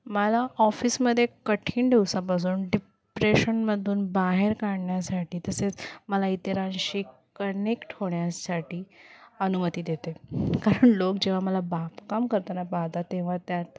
मला ऑफिसमध्ये कठीण दिवसापासून डिप्रेशनमधून बाहेर काढण्यासाठी तसेच मला इतरांशी कनेक्ट होण्यासाठी अनुमती देते कारण लोक जेव्हा मला बागकाम करताना पाहतात तेव्हा त्यात